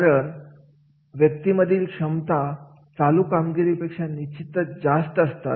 कारण व्यक्ती मधील क्षमता चालू कामगिरीपेक्षा निश्चितच जास्त असतात